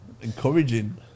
Encouraging